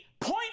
point